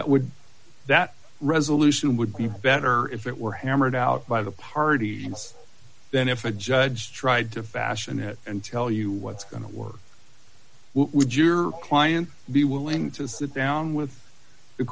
that would that resolution would be better if it were hammered out by the party and then if a judge tried to fashion it and tell you what's going to work what would your client be willing to sit down with the